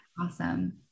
Awesome